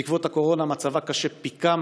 בעקבות הקורונה מצבה קשה פי כמה,